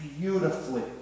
beautifully